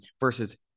versus